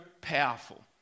powerful